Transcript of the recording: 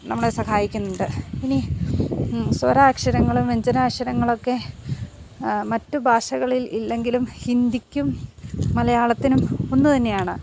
നമ്മളെ സഹായിക്കുന്നുണ്ട് ഇനി സ്വരാക്ഷരങ്ങളും വ്യഞ്ജനാക്ഷരങ്ങളൊക്കെ മറ്റു ഭാഷകളിൽ ഇല്ലെങ്കിലും ഹിന്ദിക്കും മലയാളത്തിനും ഒന്ന് തന്നെയാണ്